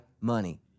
money